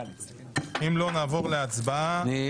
כן,